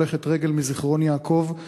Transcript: מזיכרון-יעקב,